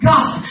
God